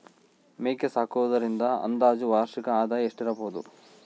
ಮೇಕೆ ಸಾಕುವುದರಿಂದ ಅಂದಾಜು ವಾರ್ಷಿಕ ಆದಾಯ ಎಷ್ಟಿರಬಹುದು?